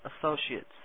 associates